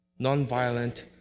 nonviolent